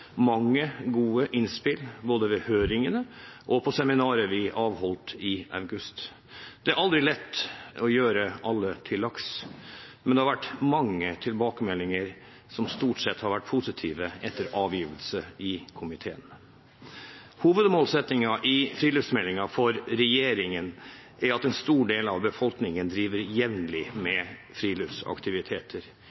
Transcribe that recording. mange gode innspill, både i høringene og på seminaret vi avholdt i august. Det er aldri lett å gjøre alle til lags, men det har vært mange tilbakemeldinger, som stort sett har vært positive, etter avgivelsen i komiteen. Hovedmålsettingen i friluftsmeldingen fra regjeringen er at en stor del av befolkningen skal drive jevnlig